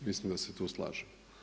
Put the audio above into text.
Mislim da se tu slažemo.